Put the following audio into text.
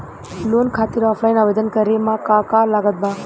Loan खातिर offline आवेदन करे म का का लागत बा?